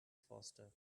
faster